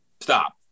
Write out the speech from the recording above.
stop